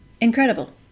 incredible